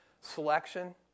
Selection